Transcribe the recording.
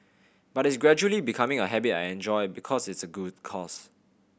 but it's gradually becoming a habit I enjoy because it's a good cause